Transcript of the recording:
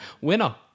Winner